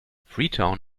freetown